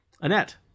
Annette